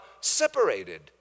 separated